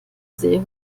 sehr